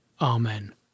Amen